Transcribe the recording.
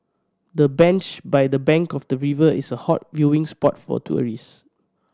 the bench by the bank of the river is a hot viewing spot for tourist